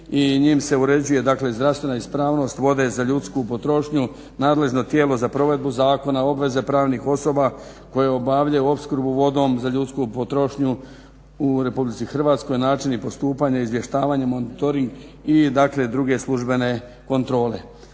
i njime se uređuje dakle zdravstvena ispravnost vode za ljudsku potrošnju, nadležno tijelo za provedbu zakona, obveze pravnih osoba koje obavljaju opskrbu vodom za ljudsku potrošnju u RH, načini postupanja, izvještavanje, monitoring i dakle druge službene kontrole.